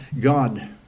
God